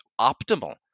optimal